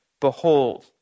Behold